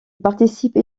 participe